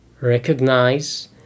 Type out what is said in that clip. recognize